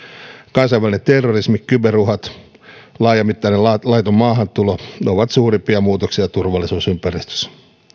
kansainvälinen terrorismi kyberuhat laajamittainen laiton maahantulo ovat suurimpia muutoksia turvallisuusympäristössä